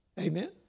Amen